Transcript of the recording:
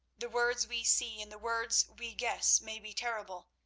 the words we see and the words we guess may be terrible,